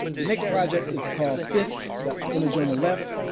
the next project is called fist, the image on the left.